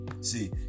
See